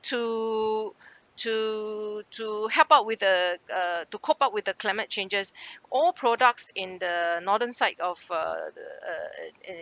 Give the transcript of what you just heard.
to to to help out with the uh to cope up with the climate changes all products in the northern side of a uh